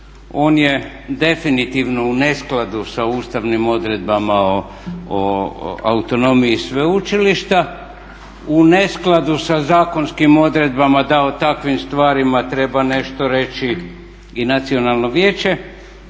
On je definitivno u neskladu sa ustavnim odredbama o autonomiji sveučilišta, u neskladu sa zakonskim odredbama da o takvim stvarima treba nešto reći i Nacionalno vijeće,